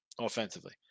offensively